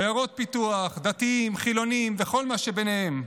עיירות פיתוח, דתיים, חילונים וכל מה שביניהם,